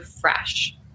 fresh